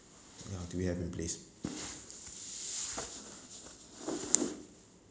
uh do you have in place